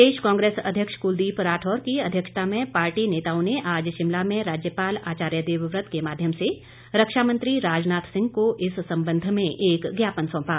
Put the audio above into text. प्रदेश कांग्रेस अध्यक्ष कुलदीप राठौर की अध्यक्षता में पार्टी नेताओं ने आज शिमला में राज्यपाल आचार्य देवव्रत के माध्यम से रक्षा मंत्री राजनाथ सिंह को इस संबंध में एक ज्ञापन सौंपा